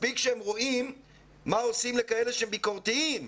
מספיק שהם רואים מה עושים לכאלה שהם ביקורתיים.